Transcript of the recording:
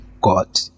god